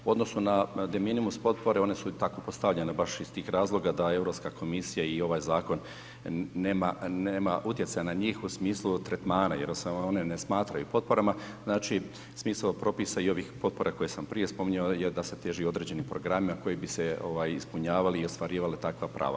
U odnosu na de minimis potpore, one su tako postavljene baš iz tih razloga da Europska komisija i ovaj zakon nema utjecaja na njih u smislu tretmana jer se one ne smatraju potporama, znači smisao potpora i ovih potpora koje sam prije spominjao je da se teži određenim programima koji bi se ispunjavali i ostvarivala takva prava.